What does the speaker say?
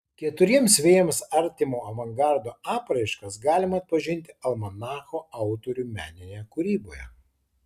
keturiems vėjams artimo avangardo apraiškas galima atpažinti almanacho autorių meninėje kūryboje